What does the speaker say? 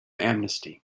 amnesty